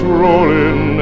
rolling